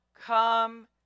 come